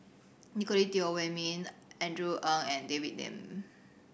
Nicolette Teo Wei Min Andrew Ang and David Lim